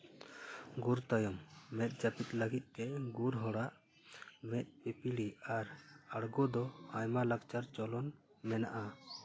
ᱜᱩᱨ ᱛᱟᱭᱚᱢ ᱢᱮᱫ ᱡᱟᱹᱯᱤᱫ ᱞᱟᱹᱜᱤᱫ ᱛᱮ ᱜᱩᱨ ᱦᱚᱲᱟᱜ ᱢᱮᱫ ᱯᱤᱯᱤᱲᱤ ᱟᱨ ᱟᱬᱜᱳ ᱫᱚ ᱟᱭᱢᱟ ᱞᱟᱠᱪᱟᱨ ᱪᱚᱞᱚᱱ ᱢᱮᱱᱟᱜᱼᱟ